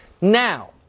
Now –